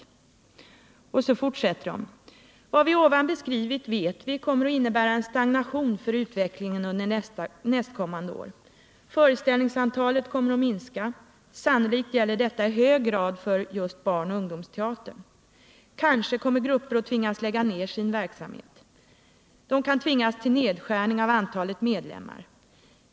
Referensgruppen fortsatte på följande sätt: ”Vad vi ovan beskrivit, vet vi, kommer att innebära en stagnation för utvecklingen under nästkommande år. Föreställningsantalet kommer att minska, sannolikt gäller detta i hög grad för barnoch ungdomsteatern. Kanske kommer grupper att tvingas lägga ned sin verksamhet. De kan tvingas till nedskärning av antalet medlemmar.